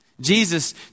Jesus